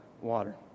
water